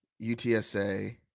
UTSA